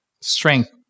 Strength